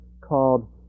called